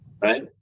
right